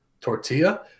tortilla